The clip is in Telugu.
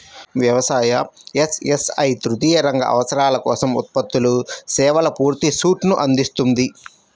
వ్యవసాయ, ఎస్.ఎస్.ఐ తృతీయ రంగ అవసరాల కోసం ఉత్పత్తులు, సేవల పూర్తి సూట్ను అందిస్తుంది